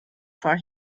for